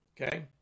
Okay